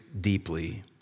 deeply